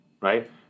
right